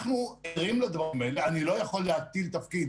אני לא יכול להטיל תפקיד